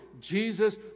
Jesus